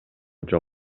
жок